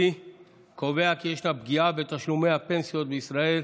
קובע כי ישנה פגיעה בתשלומי הפנסיות בישראל,